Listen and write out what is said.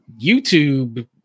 youtube